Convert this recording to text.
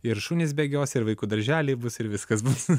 ir šunys bėgios ir vaikų darželiai bus ir viskas bus